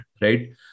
right